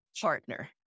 partner